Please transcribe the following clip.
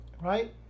right